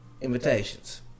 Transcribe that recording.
invitations